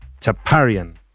Taparian